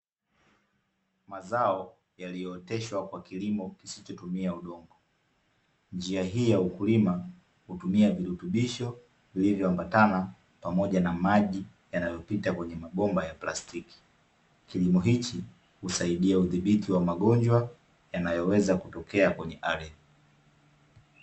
Mazao yaliyooteshwa kwa kilimo kisichotumia udongo. Njia hii ya ukulima, hutumia virutubisho vilivyoambatana, pamoja na maji yanayopita kwenye mabomba ya plastiki. Kilimo hichi, husaidia udhibiti wa magonjwa , yanayoweza kutokea kwenye ardhi.